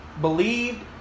believed